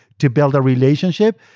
to build a relationship,